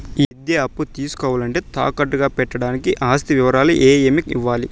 ఈ విద్యా అప్పు తీసుకోవాలంటే తాకట్టు గా పెట్టడానికి ఆస్తి వివరాలు ఏమేమి ఇవ్వాలి?